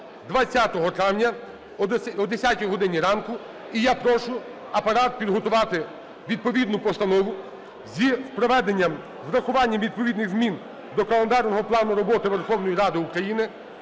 20 травня о 10 годині ранку. І я прошу Апарат підготувати відповідну постанову з врахуванням відповідних змін до календарного плану роботи Верховної Ради України.